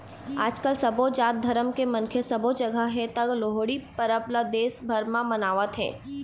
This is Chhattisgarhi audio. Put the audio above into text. आजकाल सबो जात धरम के मनखे सबो जघा हे त लोहड़ी परब ल देश भर म मनावत हे